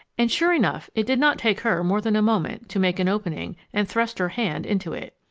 and sure enough, it did not take her more than a moment to make an opening and thrust her hand into it.